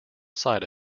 side